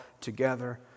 together